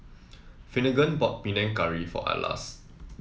Finnegan bought Panang Curry for Atlas